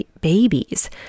babies